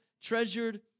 treasured